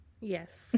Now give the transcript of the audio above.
yes